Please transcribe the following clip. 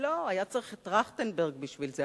לא, היה צריך את טרכטנברג בשביל זה.